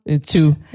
two